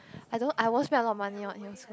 I don't know I won't spend a lot of money one he also